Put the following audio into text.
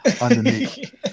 underneath